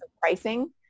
pricing